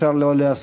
אפשר שלא להסכים,